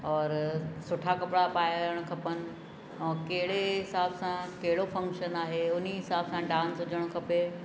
औरि सुठा कपिड़ा पाइणु खपनि औरि कहिड़े हिसाब सां कहिड़ो फंक्शन आहे उन हिसाब सां डांस हुजणु खपे